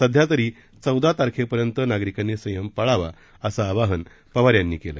सध्या तरी चौदा तारखेपर्यंत नागरिकांनी संयम पाळावा असं आवाहन पवार यांनी केलं